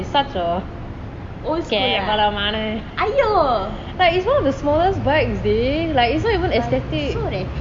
old school lah பலமான:palamana like it's one of the smallest bikes டி:di like it's not even aesthetic